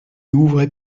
ouvrez